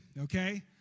Okay